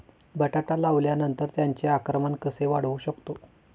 बटाटा लावल्यानंतर त्याचे आकारमान कसे वाढवू शकतो?